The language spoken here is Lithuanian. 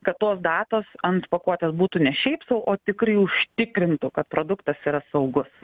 kad tos datos ant pakuotės būtų ne šiaip sau o tikrai užtikrintų kad produktas yra saugus